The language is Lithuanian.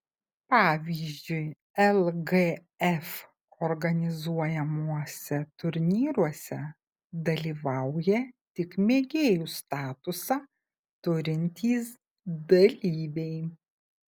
pavyzdžiui lgf organizuojamuose turnyruose dalyvauja tik mėgėjų statusą turintys dalyviai